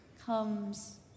comes